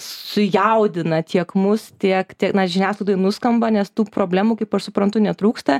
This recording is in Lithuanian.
sujaudina tiek mus tiek tiek na žiniasklaidoje nuskamba nes tų problemų kaip aš suprantu netrūksta